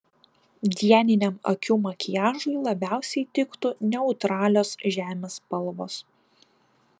dieniniam akių makiažui labiausiai tiktų neutralios žemės spalvos